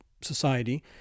society